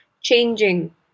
changing